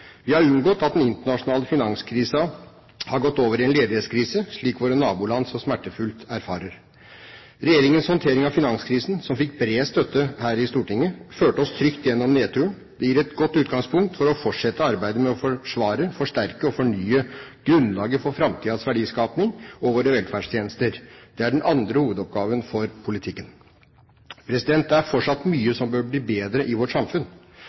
Vi har unngått at den internasjonale finanskrisen har gått over i en ledighetskrise, slik våre naboland så smertefullt erfarer. Regjeringens håndtering av finanskrisen, som fikk bred støtte her i Stortinget, førte oss trygt gjennom nedturen. Det gir et godt utgangspunkt for å fortsette arbeidet med å forsvare, forsterke og fornye grunnlaget for framtidens verdiskapning og våre velferdstjenester. Det er den andre hovedoppgaven for politikken. Det er fortsatt mye som bør bli bedre i vårt samfunn.